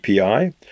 API